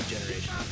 generation